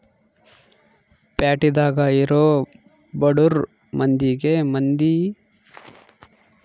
ಪ್ಯಾಟಿದಾಗ ಇರೊ ಬಡುರ್ ಮಂದಿಗೆ ಮನಿ ಮಾಡ್ಕೊಕೊಡೋದು ಪಿ.ಎಮ್.ಎ.ವೈ ಉದ್ದೇಶ